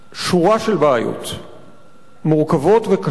שורה של בעיות מורכבות וקשות.